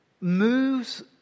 moves